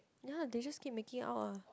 ya they just keep making out lah